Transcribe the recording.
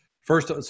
First